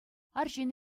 арҫын